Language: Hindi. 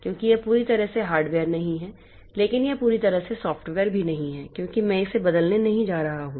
क्योंकि यह पूरी तरह से हार्डवेयर नहीं है लेकिन यह पूरी तरह से सॉफ्टवेयर भी नहीं है क्योंकि मैं इसे बदलने नहीं जा रहा हूं